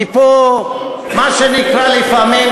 כי פה מה שנקרא לפעמים,